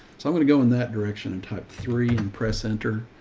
so i'm going to go in that direction and type three and press enter.